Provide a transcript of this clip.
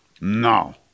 No